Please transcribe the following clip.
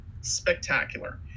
spectacular